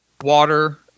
water